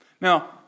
Now